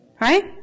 Right